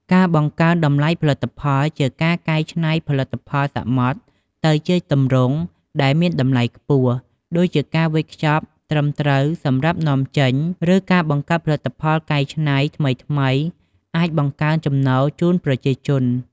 ការបង្កើនតម្លៃផលិតផល ជាការកែច្នៃផលិតផលសមុទ្រទៅជាទម្រង់ដែលមានតម្លៃខ្ពស់ ដូចជាការវេចខ្ចប់ត្រឹមត្រូវសម្រាប់នាំចេញ ឬការបង្កើតផលិតផលកែច្នៃថ្មីៗ អាចបង្កើនចំណូលជូនប្រជាជន។